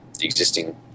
existing